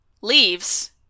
leaves